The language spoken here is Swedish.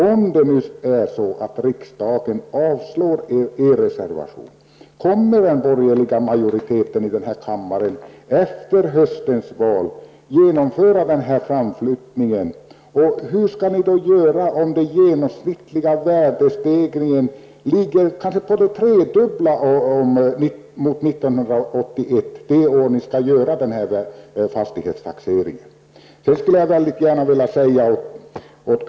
Om det nu är så, att riksdagen avslår er reservation, kommer då en borgerlig majoritet i denna kammare efter höstens val att genomföra denna framflyttning av taxeringen? Hur skall ni då göra om den genomsnittliga värdestegringen det år ni skall genomföra fastighetstaxeringen är tredubblad i förhållande år 1981? Sedan vill jag gärna säga följande till Knut Wachthmeister.